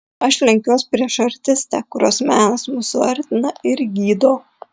aš lenkiuos prieš artistę kurios menas mus suartina ir gydo